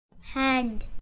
Hand